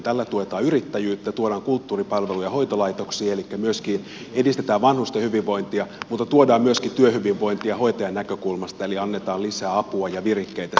tällä tuetaan yrittäjyyttä ja tuodaan kulttuuripalveluja hoitolaitoksiin elikkä myöskin edistetään vanhusten hyvinvointia mutta tuodaan myöskin työhyvinvointia hoitajan näkökulmasta eli annetaan lisäapua ja virikkeitä siihen työyhteisöön